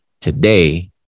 Today